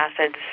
acids